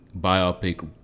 biopic